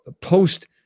post